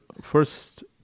first